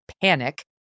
panic